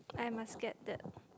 I must scared that